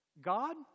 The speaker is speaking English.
God